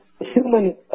human